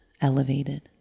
elevated